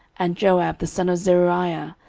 and joab the son of zeruiah,